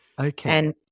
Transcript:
Okay